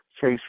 Chase